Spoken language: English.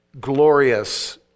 glorious